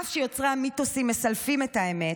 אף שיוצרי המיתוסים מסלפים את האמת,